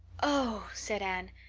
oh, said anne,